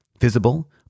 visible